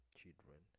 children